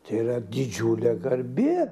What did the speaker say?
tai yra didžiulė garbė